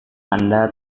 anda